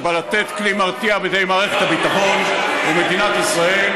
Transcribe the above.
שבא לתת כלי מרתיע בידי מערכת הביטחון ומדינת ישראל,